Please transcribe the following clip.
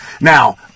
Now